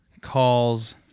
Calls